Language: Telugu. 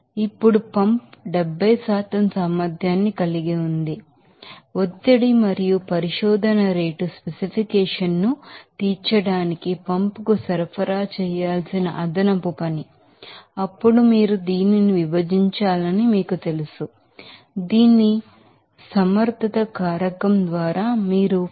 ఇప్పుడు పంప్ 70 సామర్థ్యాన్ని కలిగి ఉంది ఒత్తిడి మరియు పరిశోధన రేటు స్పెసిఫికేషన్ ను తీర్చడానికి పంప్ కు సరఫరా చేయాల్సిన అదనపు పని అప్పుడు మీరు దీనిని విభజించాలని మీకు తెలుసు దాని ఎఫిసిఎన్సీ ఫాక్టర్ ద్వారా మీకు 52